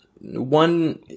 One